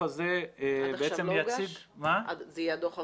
זה יהיה הדוח הראשון?